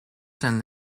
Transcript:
zijn